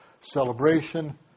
celebration